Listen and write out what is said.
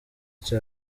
icya